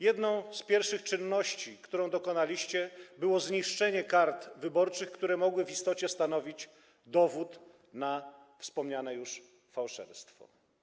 Jedną z pierwszych czynności, których dokonaliście, było zniszczenie kart wyborczych, które mogły w istocie stanowić dowód na wspomniane już fałszerstwo.